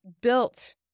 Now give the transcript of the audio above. built